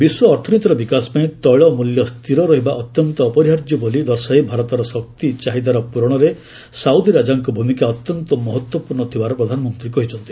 ବିଶ୍ୱ ଅର୍ଥନୀତିର ବିକାଶ ପାଇଁ ତୈଳ ମୂଲ୍ୟ ସ୍ଥିର ରହିବା ଅତ୍ୟନ୍ତ ଅପରିହାର୍ଯ୍ୟ ବୋଲି ଦର୍ଶାଇ ଭାରତର ଶକ୍ତି ଚାହିଦାର ପ୍ରରଣରେ ସାଉଦି ରାଜାଙ୍କ ଭୂମିକା ଅତ୍ୟନ୍ତ ମହତ୍ୱପୂର୍ଣ୍ଣ ଥିବାର ପ୍ରଧାନମନ୍ତ୍ରୀ କହିଛନ୍ତି